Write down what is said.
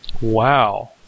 Wow